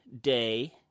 day